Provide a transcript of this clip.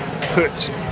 put